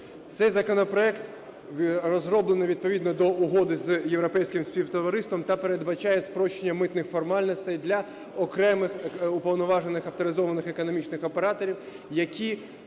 Цей законопроект розроблений відповідно до Угоди з європейським співтовариством та передбачає спрощення митних формальностей для окремих уповноважених авторизованих економічних операторів, які